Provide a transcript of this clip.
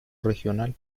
regional